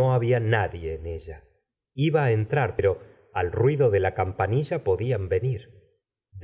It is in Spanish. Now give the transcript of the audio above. o babia nadie en ella iba á entrar pero al rui do de la campanilla podían venir